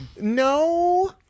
no